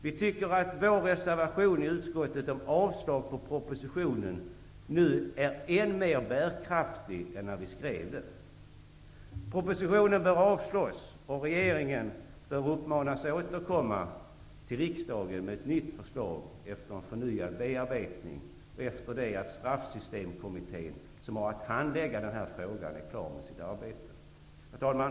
Vi anser att vår reservation i utskottet om avslag på propositionen nu är än mer bärkraftig än när vi skrev den. Propositionen bör avslås, och regeringen bör uppmanas att återkomma till riksdagen med ett nytt förslag efter en förnyad bearbetning och efter det att Straffsystemkommittén, som har att handlägga den här frågan, är klar med sitt arbete. Herr talman!